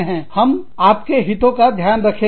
हम आप के हितों का ध्यान रखेंगे